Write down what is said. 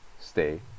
stay